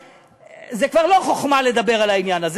זה כבר לא חוכמה לדבר על העניין הזה.